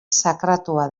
sakratua